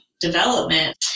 development